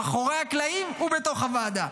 מאחורי הקלעים ובתוך הוועדה.